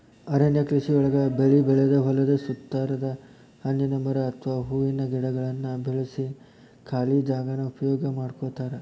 ಅರಣ್ಯ ಕೃಷಿಯೊಳಗ ಬೆಳಿ ಬೆಳದ ಹೊಲದ ಸುತ್ತಾರದ ಹಣ್ಣಿನ ಮರ ಅತ್ವಾ ಹೂವಿನ ಗಿಡಗಳನ್ನ ಬೆಳ್ಸಿ ಖಾಲಿ ಜಾಗಾನ ಉಪಯೋಗ ಮಾಡ್ಕೋತಾರ